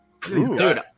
Dude